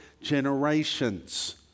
generations